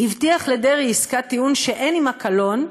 הבטיח לדרעי עסקת טיעון שאין עמה קלון,